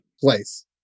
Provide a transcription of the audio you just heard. place